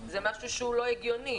זה משהו לא הגיוני.